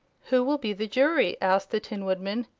who will be the jury? asked the tin woodman.